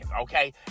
okay